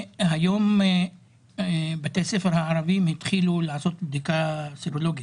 היום בתי הספר הערבים התחילו לעשות בדיקה סרולוגית,